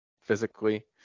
physically